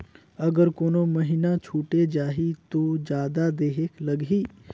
अगर कोनो महीना छुटे जाही तो जादा देहेक लगही?